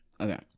Okay